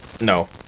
No